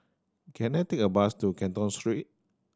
can I take a bus to Canton Street